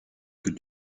que